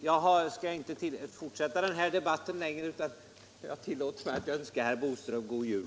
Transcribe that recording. Jag skall inte fortsätta den här debatten längre, utan jag tillåter mig att önska herr Boström god jul.